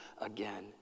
again